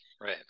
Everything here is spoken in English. Right